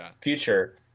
future